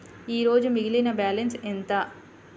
ఈరోజు మిగిలిన బ్యాలెన్స్ ఎంత?